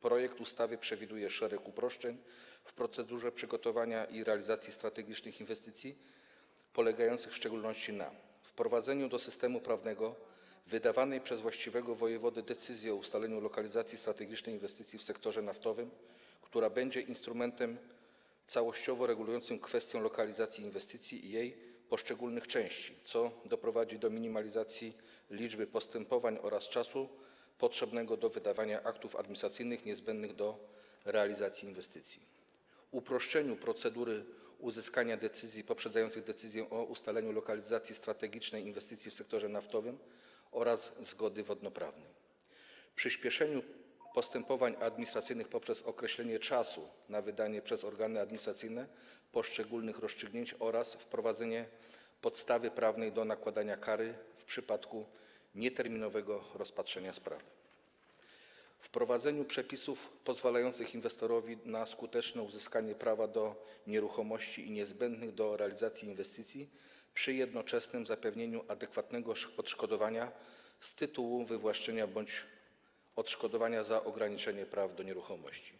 Projekt ustawy przewiduje szereg uproszczeń w procedurze przygotowania i realizacji strategicznych inwestycji polegających w szczególności na: wprowadzeniu do systemu prawnego, wydawanej przez właściwego wojewodę, decyzji o ustaleniu lokalizacji strategicznej inwestycji w sektorze naftowym, która będzie instrumentem całościowo regulującym kwestię lokalizacji inwestycji i jej poszczególnych części, co doprowadzi do minimalizacji liczby postępowań oraz czasu potrzebnego na wydanie aktów administracyjnych niezbędnych do realizacji inwestycji; uproszczeniu procedury uzyskania decyzji poprzedzających decyzję o ustaleniu lokalizacji strategicznej inwestycji w sektorze naftowym oraz zgody wodnoprawnej; przyśpieszeniu postępowań administracyjnych poprzez określenie czasu na wydanie przez organy administracyjne poszczególnych rozstrzygnięć oraz wprowadzenie podstawy prawnej do nakładania kary w przypadku nieterminowego rozpatrzenia sprawy; wprowadzeniu przepisów pozwalających inwestorowi na skuteczne uzyskanie prawa do nieruchomości niezbędnych do realizacji inwestycji, przy jednoczesnym zapewnieniu adekwatnego odszkodowania z tytułu wywłaszczenia bądź odszkodowania za ograniczenie praw do nieruchomości;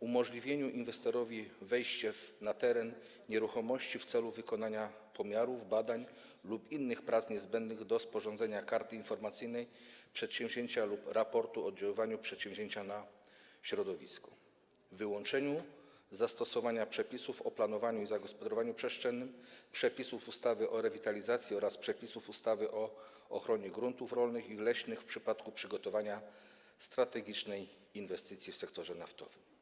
umożliwieniu inwestorowi wejścia na teren nieruchomości w celu wykonania pomiarów, badań lub innych prac niezbędnych do sporządzenia karty informacyjnej przedsięwzięcia lub raportu o oddziaływaniu przedsięwzięcia na środowisko; wyłączeniu zastosowania przepisów o planowaniu i zagospodarowaniu przestrzennym, przepisów ustawy o rewitalizacji oraz przepisów ustawy o ochronie gruntów rolnych i leśnych w przypadku przygotowywania strategicznej inwestycji w sektorze naftowym.